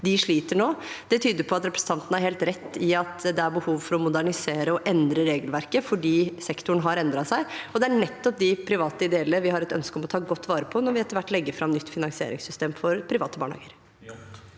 så ut. Det tyder på at representanten har helt rett i at det er behov for å modernisere og endre regelverket, for sektoren har endret seg. Det er nettopp de private, ideelle vi har et ønske om å ta godt vare på når vi etter hvert legger fram et nytt finansieringssystem for private barnehager.